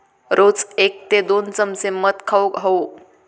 रोज एक ते दोन चमचे मध खाउक हवो